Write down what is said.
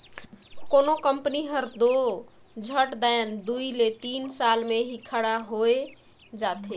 कोनो कंपनी हर दो झट दाएन दुई ले तीन साल में ही खड़ा होए जाथे